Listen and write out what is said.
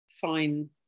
fine